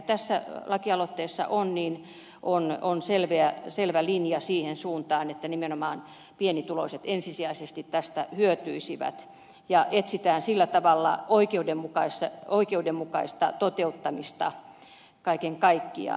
tässä lakialoitteessa on selvä linja siihen suuntaan että nimenomaan pienituloiset ensisijaisesti tästä hyötyisivät ja etsitään sillä tavalla oikeudenmukaista toteuttamista kaiken kaikkiaan